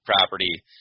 property